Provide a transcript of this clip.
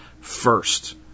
first